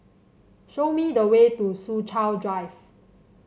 show me the way to Soo Chow Drive